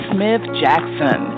Smith-Jackson